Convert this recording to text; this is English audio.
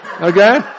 Okay